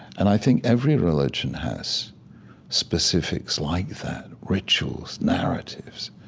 and i think every religion has specifics like that, rituals, narratives.